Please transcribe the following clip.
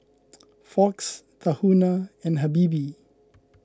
Fox Tahuna and Habibie